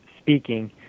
speaking